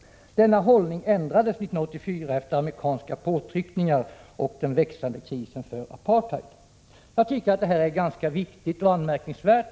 Denna hållning ändrades 1984 efter amerikanska påtryckningar och den växande krisen för apartheid.” Jag tycker detta är viktigt och anmärkningsvärt.